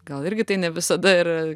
gal irgi tai ne visada yra